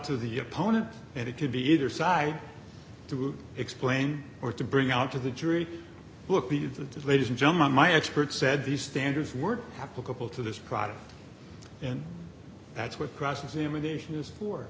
to the opponent and it could be either side to explain or to bring out to the jury look the of the ladies and gentlemen my experts said these standards were applicable to this product and that's what cross examination is for